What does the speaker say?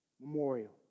memorial